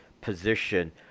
position